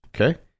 Okay